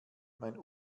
mein